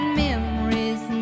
memories